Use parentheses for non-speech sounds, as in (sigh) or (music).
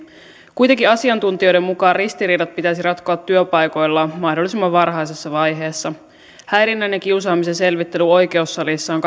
kuitenkin asiantuntijoiden mukaan ristiriidat pitäisi ratkoa työpaikoilla mahdollisimman varhaisessa vaiheessa häirinnän ja kiusaamisen selvittely oikeussalissa on (unintelligible)